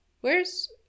Where's—